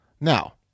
Now